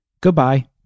Goodbye